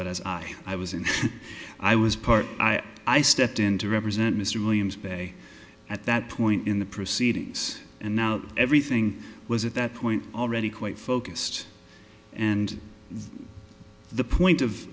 but as i i was in i was part i stepped in to represent mr williams bay at that point in the proceedings and everything was at that point already quite focused and the point of